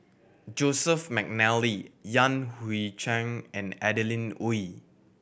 Joseph McNally Yan Hui Chang and Adeline Ooi